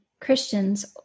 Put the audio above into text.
Christians